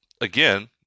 again